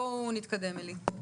בואו נתקדם, עלי.